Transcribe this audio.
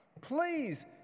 Please